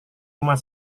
rumah